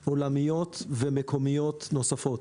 מסיבות עולמיות ומקומיות נוספות.